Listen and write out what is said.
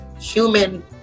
human